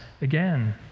again